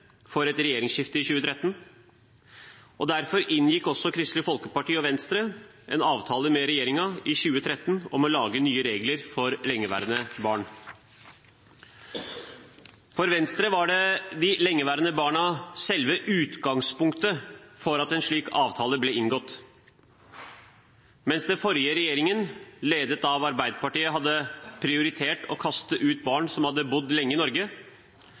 for et regjeringsskifte i 2013, og derfor inngikk også Kristelig Folkeparti og Venstre en avtale med regjeringen i 2013 om å lage nye regler for lengeværende barn. For Venstre var de lengeværende barna selve utgangspunktet for at en slik avtale ble inngått. Mens den forrige regjeringen, ledet av Arbeiderpartiet, hadde prioritert å kaste ut barn som hadde bodd lenge i Norge,